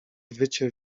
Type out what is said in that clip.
wycie